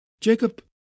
Jacob—